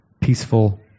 peaceful